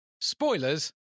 spoilers